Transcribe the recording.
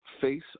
face